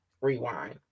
rewind